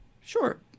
sure